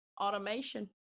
automation